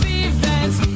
events